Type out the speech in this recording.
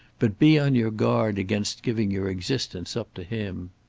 but be on your guard against giving your existence up to him.